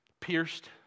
pierced